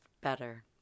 better